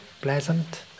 pleasant